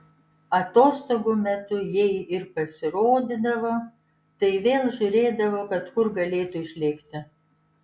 atostogų metu jei ir pasirodydavo tai vėl žiūrėdavo kad kur galėtų išlėkti